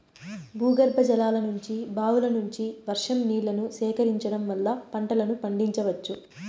భూగర్భజలాల నుంచి, బావుల నుంచి, వర్షం నీళ్ళను సేకరించడం వల్ల పంటలను పండించవచ్చు